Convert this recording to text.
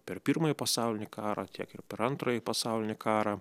per pirmąjį pasaulinį karą tiek ir per antrąjį pasaulinį karą